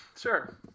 sure